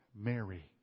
Mary